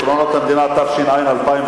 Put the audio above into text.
המדינה), התש"ע 2010,